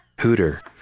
Hooter